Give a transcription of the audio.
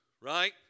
right